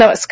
नमस्कार